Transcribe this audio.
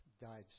died